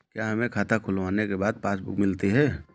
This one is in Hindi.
क्या हमें खाता खुलवाने के बाद पासबुक मिलती है?